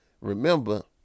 remember